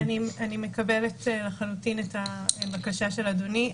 אני מקבלת לחלוטין את הבקשה של אדוני.